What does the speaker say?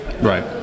Right